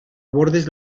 bordes